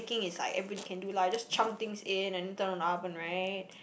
thinking is like everybody can do lah you just chunk things in and then turn on the oven right